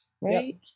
Right